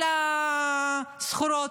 הסחורות.